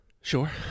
Sure